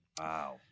Wow